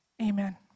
Amen